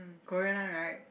Korean one right